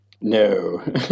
No